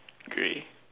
grey